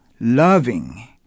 loving